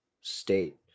state